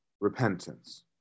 repentance